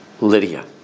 Lydia